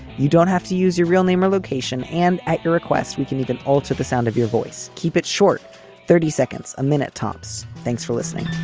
you don't have to use your real name or location, and at your request we can even alter the sound of your voice. keep it short thirty seconds a minute, tops. thanks for listening